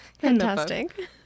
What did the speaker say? Fantastic